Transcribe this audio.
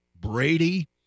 Brady